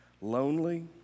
lonely